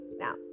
Now